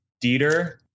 Dieter